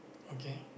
okay